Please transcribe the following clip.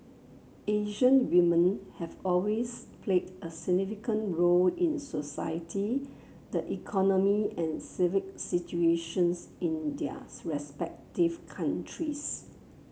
Asian women have always played a significant role in society the economy and civic institutions in their respective countries